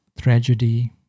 tragedy